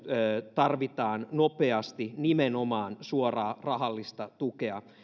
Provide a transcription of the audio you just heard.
tarvitaan nopeasti nimenomaan suoraa rahallista tukea